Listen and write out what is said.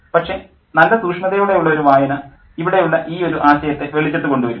പക്ഷേ നല്ല സൂക്ഷ്മതയോടെയുള്ള ഒരു വായന ഇവിടെ ഉള്ള ഈ ഒരു ആശയത്തെ വെളിച്ചത്തു കൊണ്ടുവരും